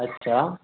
अच्छा